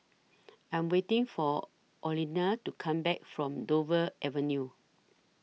I Am waiting For Orlena to Come Back from Dover Avenue